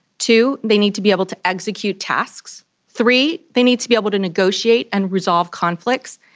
two, they need to be able to execute tasks. three, they need to be able to negotiate and resolve conflicts,